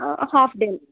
ఆ half day